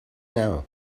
now